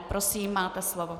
Prosím, máte slovo.